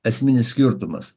esminis skirtumas